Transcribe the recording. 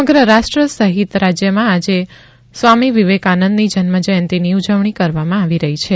સમગ્ર રાષ્ટ્ર સહિત રાજ્યમાં આજે સ્વામી વિવેકાનંદની જન્મજયંતિની ઉજવણી કરવામાં આવી રહી છે